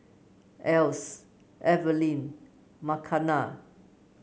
Else Evelyn Makena